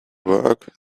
work